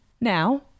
Now